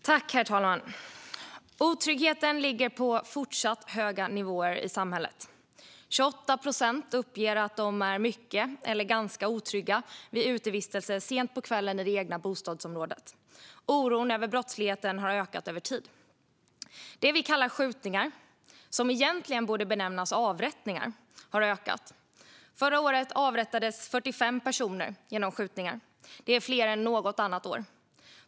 Herr talman! Otryggheten ligger på fortsatt höga nivåer i samhället. 28 procent uppger att de är mycket eller ganska otrygga vid utevistelse sent på kvällen i det egna bostadsområdet. Oron över brottsligheten har ökat över tid. Det vi kallar skjutningar, som egentligen borde benämnas avrättningar, har ökat. Förra året avrättades 45 personer genom skjutningar. Det är fler än något annat år.